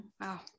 Wow